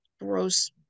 gross